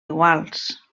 iguals